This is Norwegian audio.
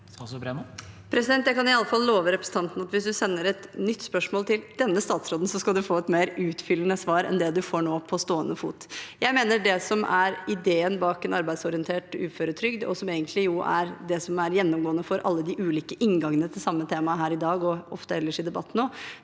Jeg kan i hvert fall love representanten at hvis hun sender et nytt spørsmål til denne statsråden, skal hun få et mer utfyllende svar enn det hun får nå, på stående fot. Jeg mener det som er ideen bak en arbeidsorientert uføretrygd, og som egentlig er det gjennomgående for alle de ulike inngangene til samme tema her i dag og ofte ellers i debatten også,